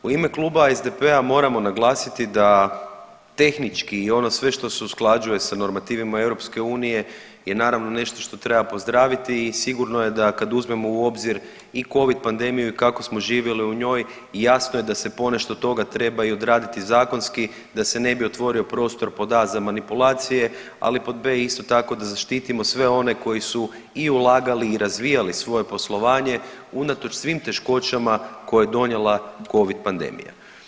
U ime kluba SDP-a moramo naglasiti da tehnički i ono sve što se usklađuje sa normativima EU je naravno nešto što treba pozdraviti i sigurno je da kad uzmemo u obzir i covid pandemiju i kako smo živjeli u njoj i jasno je da se ponešto toga treba odraditi i zakonski da se ne bi otvorio prostor pod a) za manipulacije, ali pod b) isto tako, da zaštitimo sve one koji su i ulagali i razvijali svoje poslovanje unatoč svim teškoćama koje je donijela Covid pandemija.